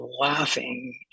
laughing